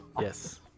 yes